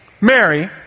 Mary